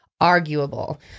Arguable